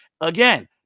Again